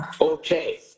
Okay